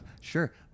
Sure